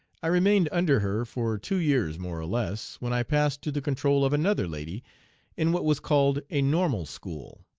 i remained under her for two years more or less, when i passed to the control of another lady in what was called a normal school.